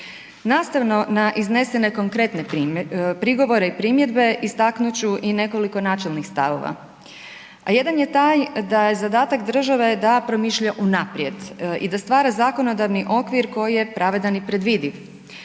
Nastavno na iznesene konkretne prigovore i primjedbe istaknut ću i nekoliko načelnih stavova, a jedan je taj da je zadatak države da promišlja unaprijed i da stvara zakonodavni okvir koji je pravedan i predvidiv.